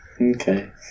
Okay